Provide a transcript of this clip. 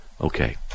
Okay